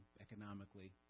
economically